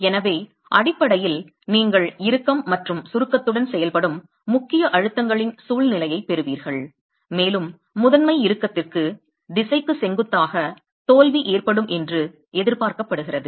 எனவே அடிப்படையில் நீங்கள் இறுக்கம் மற்றும் சுருக்கத்துடன் செயல்படும் முக்கிய அழுத்தங்களின் சூழ்நிலையைப் பெறுவீர்கள் மேலும் முதன்மை இறுக்கத்தின் திசைக்கு செங்குத்தாக தோல்வி ஏற்படும் என்று எதிர்பார்க்கப்படுகிறது